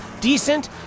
decent